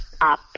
up